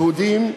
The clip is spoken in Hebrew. יהודים,